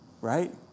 right